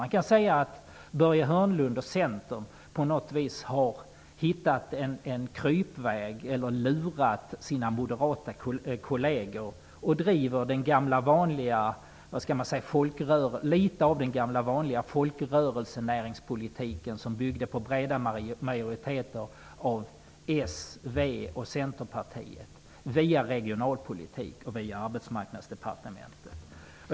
Man kan säga att Börje Hörnlund och Centern har hittat en krypväg eller har lurat sina moderata kolleger. Via regionalpolitiken och via Arbetsmarknadsdepartementet bedriver man litet av den gamla vanliga folkrörelse-näringspolitiken, som byggde på breda majoriteter av Centerpartiet.